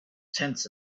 tense